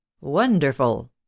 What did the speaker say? Wonderful